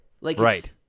Right